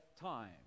time